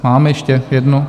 Máme ještě jednu.